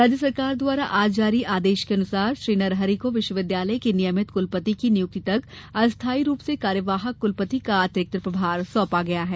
राज्य सरकार द्वारा आज जारी आदेश के अनुसार श्री नरहरि को विश्वविद्यालय के नियमित कलपति की नियुक्ति तक अस्थाई रूप से कार्यवाहक क्लपति का अतिरिक्त प्रभार सौंपा गया है